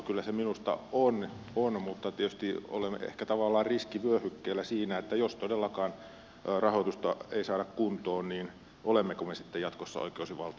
kyllä se minusta on mutta tietysti olemme ehkä tavallaan riskivyöhykkeellä siinä että jos todellakaan rahoitusta ei saada kuntoon niin olemmeko me sitten jatkossa oikeusvaltio